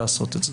לעשות את זה.